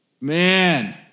Man